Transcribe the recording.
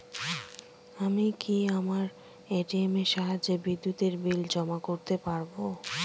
আমি কি আমার এ.টি.এম এর সাহায্যে বিদ্যুতের বিল জমা করতে পারব?